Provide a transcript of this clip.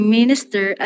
Minister